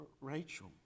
Rachel